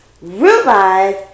Realize